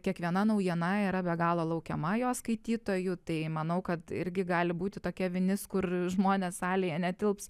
kiekviena naujiena yra be galo laukiama jos skaitytojų tai manau kad irgi gali būti tokia vinis kur žmonės salėje netilps